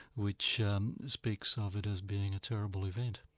which um speaks of it as being a terrible event.